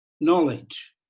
knowledge